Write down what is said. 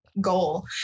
Goal